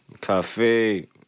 Coffee